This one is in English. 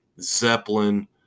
Zeppelin